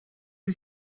wyt